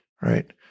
right